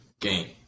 game